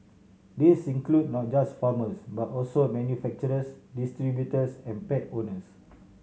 this includes not just farmers but also manufacturers distributors and pet owners